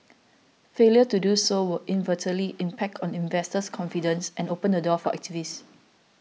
failure to do so will inevitably impact on investors confidence and open the door for activists